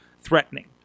threatening